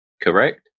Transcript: correct